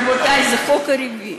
רבותי, זה החוק הרביעי.